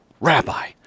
rabbi